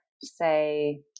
say